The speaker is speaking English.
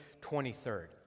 23rd